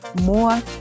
more